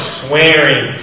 swearing